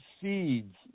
seeds